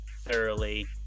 thoroughly